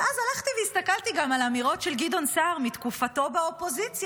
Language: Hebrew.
ואז הלכתי והסתכלתי גם על אמירות של גדעון סער מתקופתו באופוזיציה.